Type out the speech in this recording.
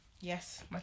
Yes